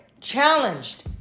challenged